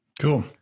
Cool